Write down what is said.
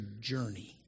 journey